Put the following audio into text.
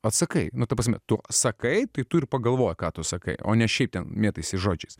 atsakai nu ta prasme tu sakai tu ir pagalvojau ką tu sakai o ne šiaip ten mėtaisi žodžiais